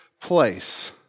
place